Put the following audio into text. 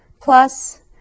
plus